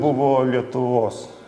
buvo lietuvos